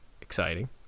exciting